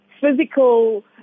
physical